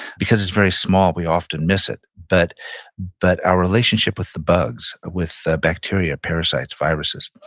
because it's very small, we often miss it, but but our relationship with the bugs, with bacteria, parasites, viruses,